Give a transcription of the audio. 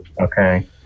Okay